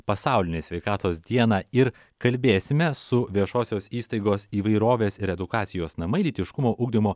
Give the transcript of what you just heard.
pasaulinė sveikatos dieną ir kalbėsime su viešosios įstaigos įvairovės ir edukacijos namai lytiškumo ugdymo